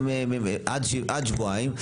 ועד שבועיים.